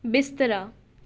ਬਿਸਤਰਾ